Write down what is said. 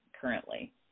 currently